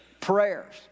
prayers